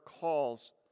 calls